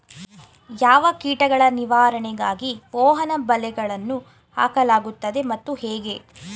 ಯಾವ ಕೀಟಗಳ ನಿವಾರಣೆಗಾಗಿ ಮೋಹನ ಬಲೆಗಳನ್ನು ಹಾಕಲಾಗುತ್ತದೆ ಮತ್ತು ಹೇಗೆ?